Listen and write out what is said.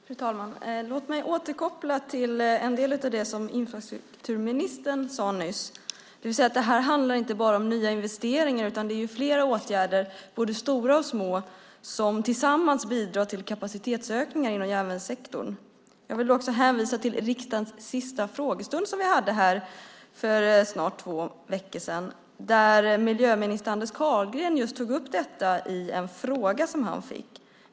Fru talman! Låt mig återkoppla till det som infrastrukturministern sade nyss: Det här handlar inte bara om nya investeringar, utan det är flera åtgärder, både stora och små, som tillsammans bidrar till kapacitetsökningar inom järnvägssektorn. Jag vill också hänvisa till riksmötets sista frågestund för snart två veckor sedan, där miljöminister Anders Carlgren tog upp just detta i samband med en fråga han fick.